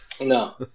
no